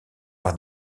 par